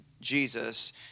jesus